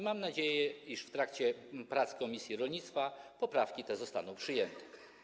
Mam nadzieję, że w trakcie prac komisji rolnictwa moje poprawki zostaną przyjęte.